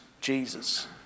Jesus